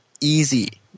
easy